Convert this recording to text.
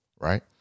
Right